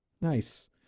Nice